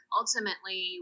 ultimately